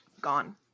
gone